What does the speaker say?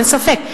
אין ספק,